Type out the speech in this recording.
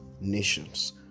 nations